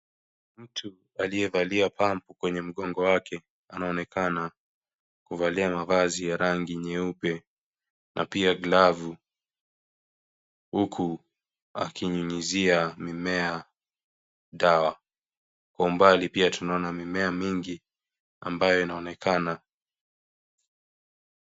Mtu aliyevalia pampu kwenye mgongo wake anaonekana kavalia mavazi ya rangi nyeupe na pia glavu huku akinyunyizia mimea dawa. Kwa umbali pia tunaona mimea mingi ambayo inaonekana.